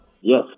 Yes